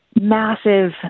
massive